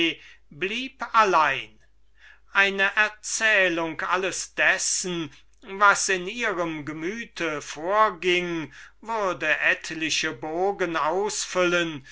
blieb allein christoph martin wieland eine erzählung alles dessen was in ihrem gemüte vorging würde etliche bogen ausfüllen